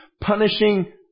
punishing